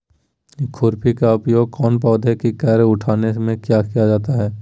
खुरपी का उपयोग कौन पौधे की कर को उठाने में किया जाता है?